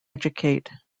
educate